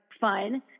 fun